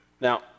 Now